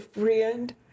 friend